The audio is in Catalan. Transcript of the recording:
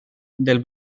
del